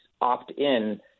opt-in